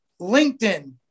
LinkedIn